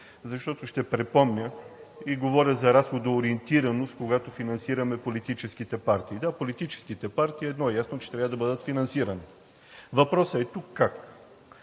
защото ще припомня и говоря за разходоориентираност, когато финансираме политическите партии. Да, едно е ясно, че политическите партии трябва да бъдат финансирани. Въпросът е тук как?